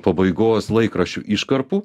pabaigos laikraščių iškarpų